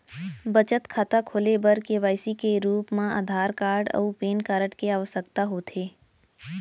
बचत खाता खोले बर के.वाइ.सी के रूप मा आधार कार्ड अऊ पैन कार्ड के आवसकता होथे